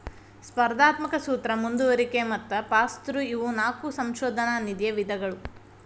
ಸ್ಪರ್ಧಾತ್ಮಕ ಸೂತ್ರ ಮುಂದುವರಿಕೆ ಮತ್ತ ಪಾಸ್ಥ್ರೂ ಇವು ನಾಕು ಸಂಶೋಧನಾ ನಿಧಿಯ ವಿಧಗಳು